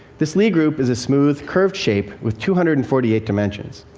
this lie group is a smooth, curved shape with two hundred and forty eight dimensions.